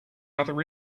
other